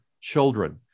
children